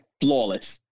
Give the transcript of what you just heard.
flawless